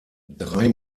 drei